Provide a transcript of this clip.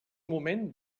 moment